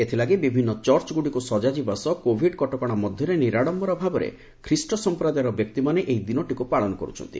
ଏଥିଲାଗି ବିଭିନ୍ନ ଚର୍ଚ୍ଚଗୁଡ଼ିକୁ ସକାଯିବା ସହ କୋଭିଡ୍ କଟକଣା ମଧ୍ୟରେ ନିରାଡ଼ମ୍ବର ଭାବରେ ଖ୍ରୀଷ୍ଟ ସମ୍ପ୍ରଦାୟର ବ୍ୟକ୍ତିମାନେ ଏହି ଦିନଟିକୁ ପାଳନ କରୁଛନ୍ତି